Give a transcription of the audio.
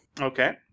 Okay